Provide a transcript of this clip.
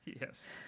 Yes